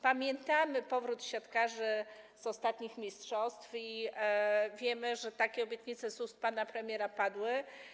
Pamiętamy powrót siatkarzy z ostatnich mistrzostw i wiemy, że takie obietnice z ust pana premiera padły.